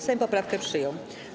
Sejm poprawkę przyjął.